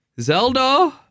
Zelda